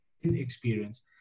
experience